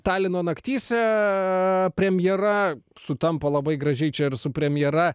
talino naktyse premjera sutampa labai gražiai čia ir su premjera